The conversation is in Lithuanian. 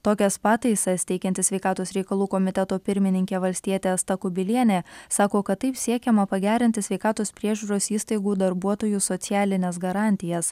tokias pataisas teikianti sveikatos reikalų komiteto pirmininkė valstietė asta kubilienė sako kad taip siekiama pagerinti sveikatos priežiūros įstaigų darbuotojų socialines garantijas